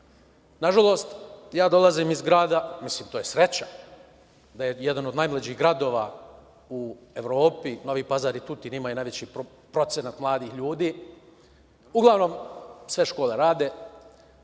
država. Nažalost, ja dolazim iz grada, to je sreća, da je jedan od najmlađih gradova u Evropi, Novi Pazar i Tutin imaju najveći procenat mladih ljudi, uglavnom, sve škole rade